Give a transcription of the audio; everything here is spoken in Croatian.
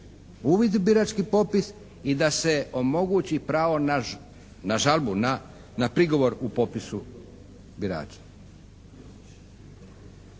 uvid u birački popis i da se omogući pravo na žalbu, na prigovor u popisu birača.